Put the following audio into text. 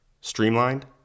Streamlined